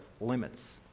limits